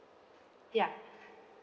ya